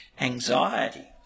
Anxiety